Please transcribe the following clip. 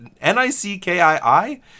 N-I-C-K-I-I